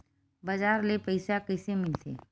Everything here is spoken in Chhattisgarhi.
बजार ले पईसा कइसे मिलथे?